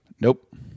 Nope